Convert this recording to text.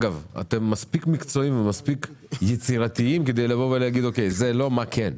אתם מספיק מקצועיים ומספיק יצירתיים כדי לבוא ולהגיד מה לא ומה כן.